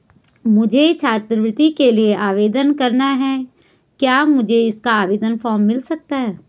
मुझे छात्रवृत्ति के लिए आवेदन करना है क्या मुझे इसका आवेदन फॉर्म मिल सकता है?